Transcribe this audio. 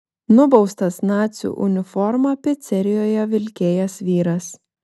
nubaustas nacių uniformą picerijoje vilkėjęs vyras